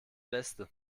beste